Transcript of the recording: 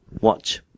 watch